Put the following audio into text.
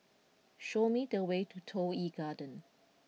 show me the way to Toh Yi Garden